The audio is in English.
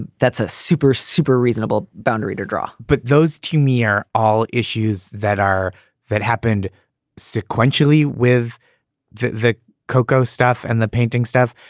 that's a super, super reasonable boundary to draw but those two mere all issues that are that happened sequentially with the the coco stuff and the painting stuff,